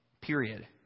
Period